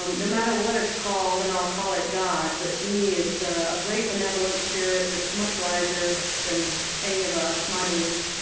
um no matter what it's called and i'll call it god but to me, it's a great benevolent spirit that's much wiser than any of us, my belief,